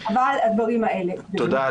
אבל הדברים האלה הם --- תודה,